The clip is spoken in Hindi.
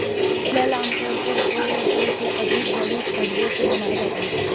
फ्लेल आमतौर पर दो या दो से अधिक बड़ी छड़ियों से बनाया जाता है